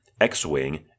X-Wing